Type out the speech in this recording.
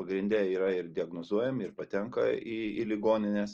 pagrinde yra ir diagnozuojami ir patenka į į ligonines